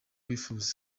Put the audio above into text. wifuza